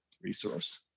resource